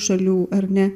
šalių ar ne